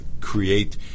create